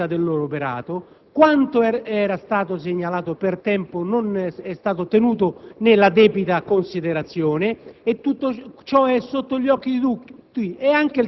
correttezza del loro operato, ma quanto era stato segnalato per tempo non è stato tenuto nella debita considerazione e tutto ciò è sotto gli occhi di tutti;